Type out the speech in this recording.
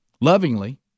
Lovingly